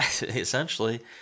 Essentially